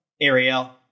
Ariel